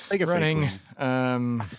running